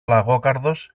λαγόκαρδος